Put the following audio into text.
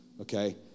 Okay